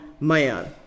man